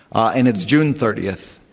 and it's june thirtieth.